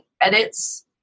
edits